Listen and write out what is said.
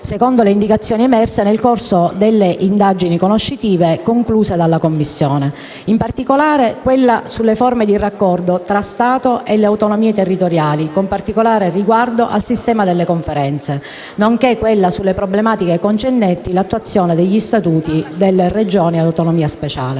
secondo le indicazioni emerse nel corso delle indagini conoscitive concluse dalla Commissione, in particolare quella sulle forme di raccordo tra lo Stato e le autonomie territoriali, con particolare riguardo al sistema delle Conferenze; nonché quella sulle problematiche concernenti l'attuazione degli Statuti delle Regioni ad autonomia speciale.